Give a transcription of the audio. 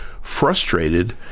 frustrated